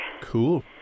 cool